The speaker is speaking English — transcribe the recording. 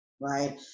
right